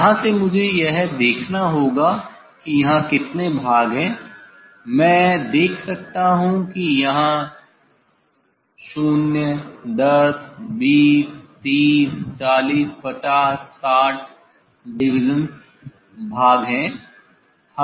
यहाँ से मुझे यह देखना होगा कि यहाँ कितने भाग हैं मैं देख सकता हूं कि यहाँ 0 10 20 30 40 50 60 डिवीजनस भाग हैं